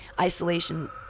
isolation